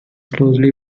closely